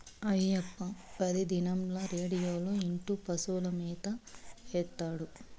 అయ్యప్ప పెతిదినంల రేడియోలో ఇంటూ పశువులకు మేత ఏత్తాడు